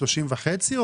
30 וחצי או 40?